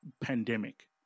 pandemic